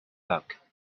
luck